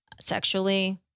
sexually